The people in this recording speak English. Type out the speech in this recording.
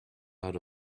out